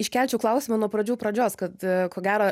iškelčiau klausimą nuo pradžių pradžios kad ko gero